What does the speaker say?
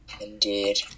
Indeed